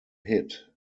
hit